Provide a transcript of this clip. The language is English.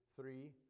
three